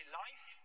life